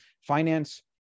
finance